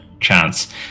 chance